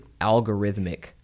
algorithmic